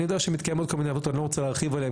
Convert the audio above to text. לא משנה במאגר או לא במאגר,